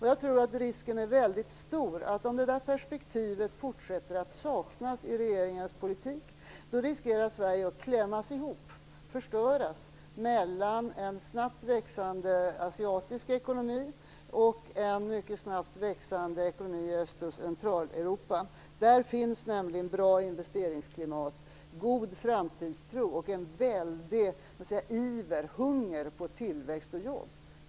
Jag tror att om det perspektivet fortsätter att saknas i regeringens politik riskerar Sverige att klämmas ihop och förstöras mellan en snabbt växande asiatisk ekonomi och en mycket snabbt växande ekonomi i Öst och Centraleuropa. Där finns nämligen ett bra investeringsklimat, god framtidstro och en väldig iver och hunger på tillväxt och jobb.